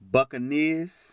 Buccaneers